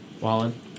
Wallen